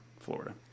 Florida